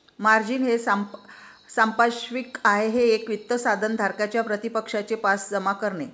margin हे सांपार्श्विक आहे एक वित्त साधन धारकाच्या प्रतिपक्षाचे पास जमा करणे